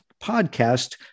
podcast